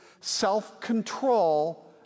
self-control